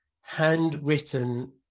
handwritten